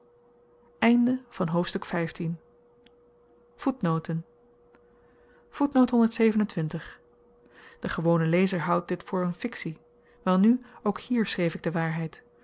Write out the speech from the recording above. hoofdstuk de gewone lezer houdt dit voor n fiktie welnu ook hier schreef ik de waarheid